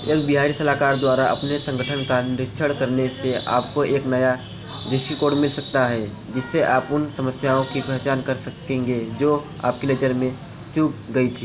एक बाहरी सलाहकार द्वारा अपने संगठन का निरीक्षण करने से आपको एक नया दृष्टिकोण मिल सकता है जिससे आप उन समस्याओं की पहचान कर सकेंगे जो आपकी नज़र से चूक गई थीं